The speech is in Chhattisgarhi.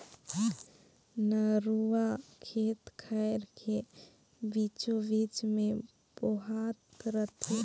नरूवा खेत खायर के बीचों बीच मे बोहात रथे